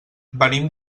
venim